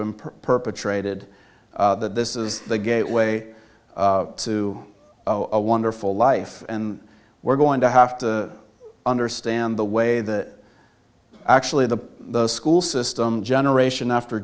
been perpetrated that this is the gateway to a wonderful life and we're going to have to understand the way that actually the the school system generation after